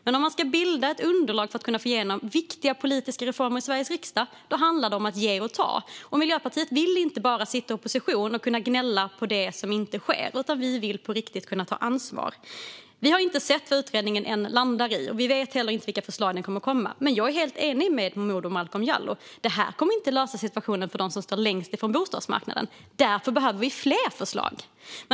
Men om ska man bilda ett underlag för att kunna få igenom viktiga politiska reformer i Sveriges riksdag handlar det om att ge och ta, och Miljöpartiet vill inte bara sitta i opposition och gnälla på det som inte sker utan vill på riktigt kunna ta ansvar. Vi har ännu inte sett vad utredningen landar i, och vi vet inte heller vilka förslag som kommer. Jag är dock helt enig med Momodou Malcolm Jallow. Det här kommer inte att lösa situationen för dem som står längst från bostadsmarknaden. Därför behöver vi fler förslag.